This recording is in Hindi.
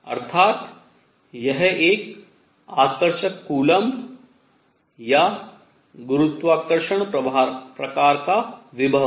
अर्थात यह एक आकर्षक कूलम्ब या गुरुत्वाकर्षण प्रकार का विभव है